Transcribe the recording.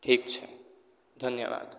ઠીક છે ધન્યવાદ